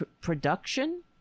production